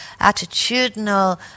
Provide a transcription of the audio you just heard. attitudinal